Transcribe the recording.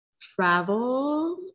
travel